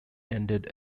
ended